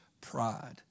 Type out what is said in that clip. pride